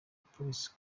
paris